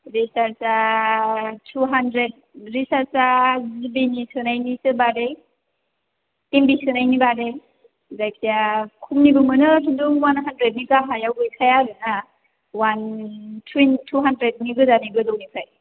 रिसार्जआ two hundred रिसार्जआ जिबिनि सोनायनिसो बादै एमबि सोनायनि बादै जायखिजाया खमनिबो मोनो खिन्थु वान हान्ड्रेडनि गाहायाव गैखाया आरोना वान टुयेन्टिटु हान्ड्रेडनि गोजौनि गोजानिफ्राय